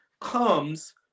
comes